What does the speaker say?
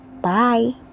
bye